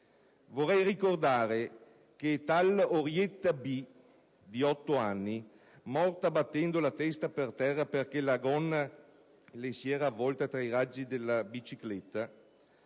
Vorrei ricordare che tal Orietta B., di otto anni, morta battendo la testa per terra perché la gonna le si era avvolta tra i raggi della bicicletta,